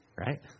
right